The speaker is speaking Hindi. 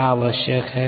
क्या आवश्यक है